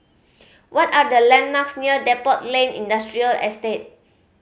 what are the landmarks near Depot Lane Industrial Estate